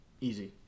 Easy